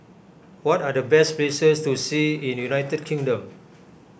what are the best places to see in United Kingdom